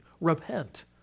Repent